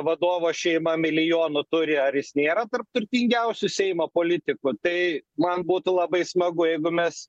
vadovo šeima milijonų turi ar jis nėra tarp turtingiausių seimo politikų tai man būtų labai smagu jeigu mes